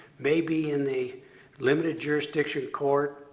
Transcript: maybe in the limited jurisdiction court,